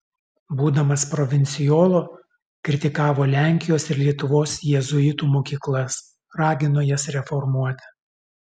būdamas provincijolu kritikavo lenkijos ir lietuvos jėzuitų mokyklas ragino jas reformuoti